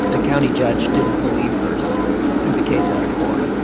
the county judge didn't believe person threw the case out of court.